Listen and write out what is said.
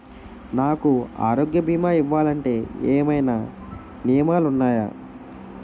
నాకు ఆరోగ్య భీమా ఇవ్వాలంటే ఏమైనా నియమాలు వున్నాయా?